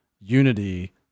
unity